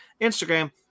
Instagram